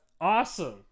awesome